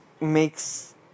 makes